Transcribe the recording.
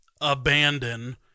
abandon